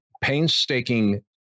painstaking